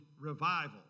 revival